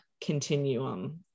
continuum